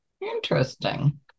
Interesting